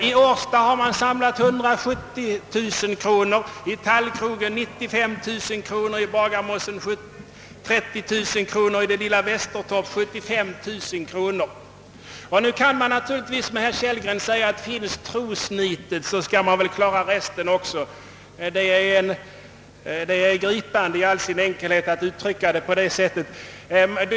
I Årsta har man t.ex. samlat in 170 000 kronor, i Tallkrogen 95000, i Bagarmossen 30 000 och i det lilla Västertorp 75 000 kronor. Och så skall ingenting kunna ske. Nu säger herr Kellgren att finns trosnitet, kan man väl klara resten också. Det uttrycket är gripande i all sin enkelhet!